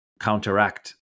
counteract